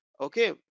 okay